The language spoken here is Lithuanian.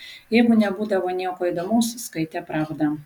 jeigu nebūdavo nieko įdomaus skaitė pravdą